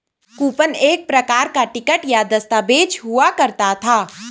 coupon एक प्रकार का टिकट या दस्ताबेज हुआ करता है